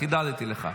חידדתי לך.